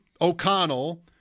O'Connell